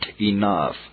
enough